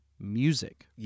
music